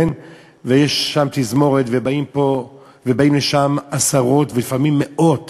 ויש שם תזמורת ובאים לשם עשרות ולפעמים מאות